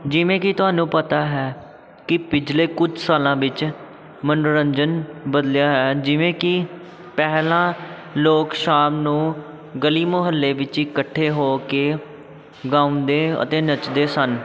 ਜਿਵੇਂ ਕਿ ਤੁਹਾਨੂੰ ਪਤਾ ਹੈ ਕਿ ਪਿਛਲੇ ਕੁਝ ਸਾਲਾਂ ਵਿੱਚ ਮਨੋਰੰਜਨ ਬਦਲਿਆ ਹੈ ਜਿਵੇਂ ਕਿ ਪਹਿਲਾਂ ਲੋਕ ਸ਼ਾਮ ਨੂੰ ਗਲੀ ਮੁਹੱਲੇ ਵਿੱਚ ਇਕੱਠੇ ਹੋ ਕੇ ਗਾਉਂਦੇ ਅਤੇ ਨੱਚਦੇ ਸਨ